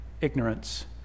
ignorance